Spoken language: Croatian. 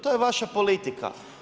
To je vaša politika.